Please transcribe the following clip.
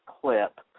clip